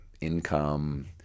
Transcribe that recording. income